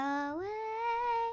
away